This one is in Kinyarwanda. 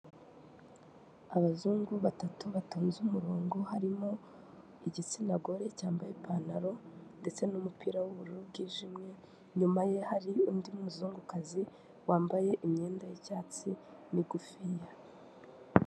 Abazungu batatu batonze umurongo, harimo igitsina gore cyambaye ipantaro ndetse n'umupira w'ubururu bwijimye, inyuma ye hari undi muzungukazi wambaye imyenda y'icyatsi migufiya.